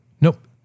Nope